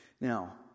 Now